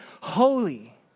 holy